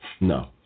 No